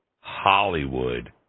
Hollywood